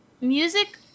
music